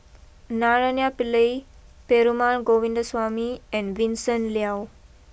Naraina Pillai Perumal Govindaswamy and Vincent Leow